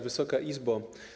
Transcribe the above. Wysoka Izbo!